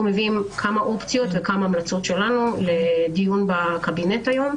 אנחנו מביאים כמה אופציות וכמה המלצות שלנו לדיון בקבינט היום,